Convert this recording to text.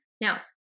now